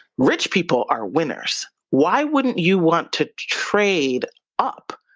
rich people are winners. why wouldn't you want to trade up,